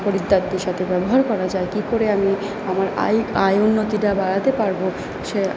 খরিদ্দারদের সাথে ব্যবহার করা যায় কী করে আমি আমার আয় আয় উন্নতিটা বাড়াতে পারব সে